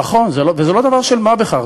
נכון, וזה לא דבר של מה בכך.